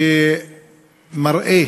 שמראה